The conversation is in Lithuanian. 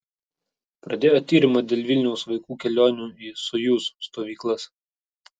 pradėjo tyrimą dėl vilniaus vaikų kelionių į sojuz stovyklas